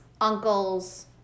uncles